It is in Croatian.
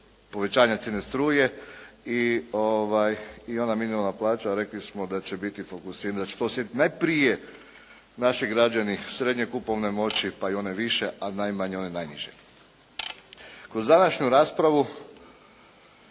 povećanje cijene struje i ona minimalna plaća rekli smo da će biti fokusirana, najprije naši građani srednje kupovne moći, pa i one više, pa i one najniže. Kroz današnju raspravu